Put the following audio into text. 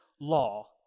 law